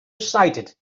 cited